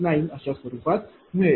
4522869अशा स्वरूपात मिळेल